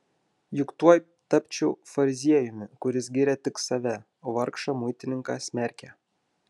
juk tuoj tapčiau fariziejumi kuris giria tik save o vargšą muitininką smerkia